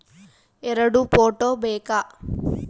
ಎರಡು ಫೋಟೋ ಬೇಕಾ?